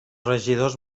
regidors